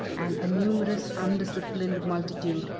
and a numerous undisciplined multitude,